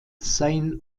seien